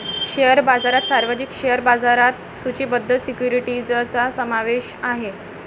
share बाजारात सार्वजनिक share बाजारात सूचीबद्ध सिक्युरिटीजचा समावेश आहे